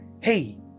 hey